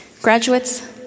Graduates